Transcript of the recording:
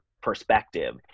perspective